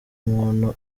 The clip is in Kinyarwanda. umuntu